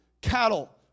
cattle